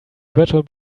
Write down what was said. virtual